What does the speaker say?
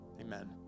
amen